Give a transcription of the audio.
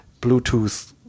Bluetooth